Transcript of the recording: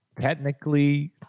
technically